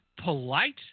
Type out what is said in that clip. polite